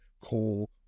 coal